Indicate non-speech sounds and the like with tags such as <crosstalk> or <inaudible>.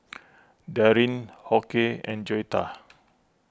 <noise> Daryn Hoke and Joetta